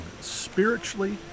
spiritually